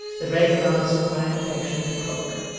the raven answered by an affectionate croak,